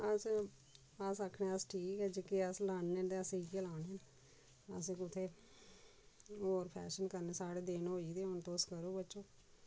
अस अस आखने अस ठीक ऐ जेह्का अस लाने ते असें इ'यै लाने न असें कुत्थै होर फैशन करने न साढ़े दिन होई गेदे हूून तुस करो बच्चो